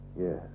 Yes